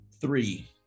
Three